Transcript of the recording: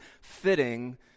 fitting